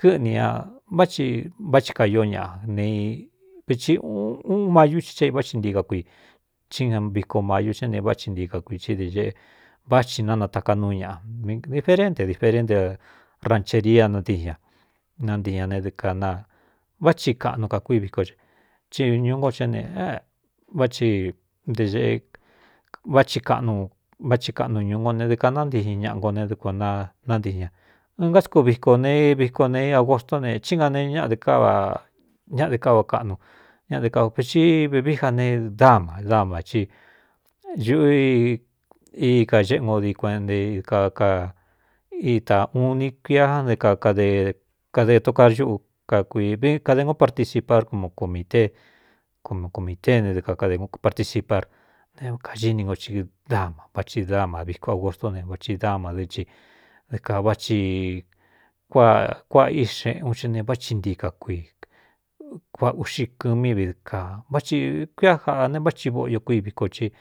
Kɨꞌni ña vává ti kaió ñaꞌa nevei uun mayú ci xé i vá ti ntika kui í na viko mayu xé ne váꞌ chi ntika kui í de ñēꞌe vá ci nanataká núu ñaꞌa diferén de diferén de rancheria nátíi ña nán ña ednvá thi kaꞌnu kakui vikó xe tíñū nko é ne váti de ēꞌe vꞌnváci kaꞌnu ñū ngo ne dɨ kānántiin ñaꞌa no ne dkuān n nántiꞌin ña ɨn ngá sku víko ne viko nei abgostó ne í nga ne ñaꞌdɨ káa ñaꞌade káva kaꞌnu ñaꞌ dɨ kaveivvií ja ne dáma dama cí ñuꞌú i i kaxéꞌe ngo di kueꞌnta idka ka itā u ini kuian kdkadē tokar ñúꞌu kakuikade go participar kumu komitee komu komītee ne dɨ ka participar ne kaxini nko i dama váthi dama viko abgostó ne váci dama dɨ́ i dɨ kāváci kuāꞌa ixeꞌun ce ne váti ntika kui kuā uꞌxi kɨ̄ mí vi dɨ kaa vá ti kuiá jaꞌa ne váꞌ ti voꞌ yo kui viko i